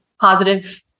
positive